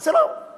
זה לא מנחם.